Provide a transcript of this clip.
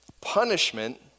Punishment